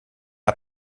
ein